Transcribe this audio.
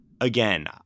again